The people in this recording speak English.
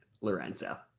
Lorenzo